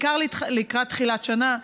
בעיקר לקראת תחילת שנה.